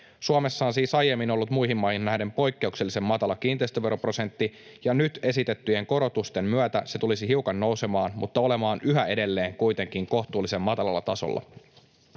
Suomessa on siis aiemmin ollut muihin maihin nähden poikkeuksellisen matala kiinteistöveroprosentti, ja nyt esitettyjen korotusten myötä se tulisi hiukan nousemaan mutta olemaan yhä edelleen kuitenkin kohtuullisen matalalla tasolla.